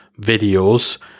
videos